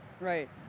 right